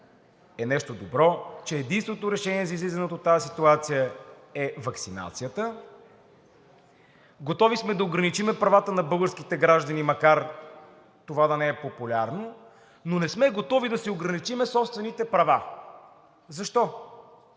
е нещо добро, че единственото решение за излизане от тази ситуация е ваксинацията, готови сме да ограничим правата на българските граждани, макар това да не е популярно, но не сме готови да си ограничим собствените права?! Защо?